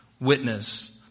witness